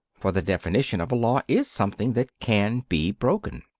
for the definition of a law is something that can be broken.